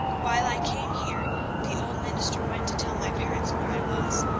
while i came here the old minister went to tell my parents where i was,